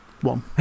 One